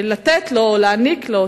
לתת לו או להעניק לו אותה,